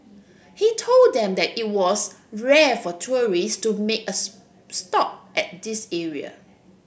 he told them that it was rare for tourists to make a stop at this area